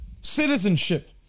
citizenship